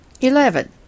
Eleven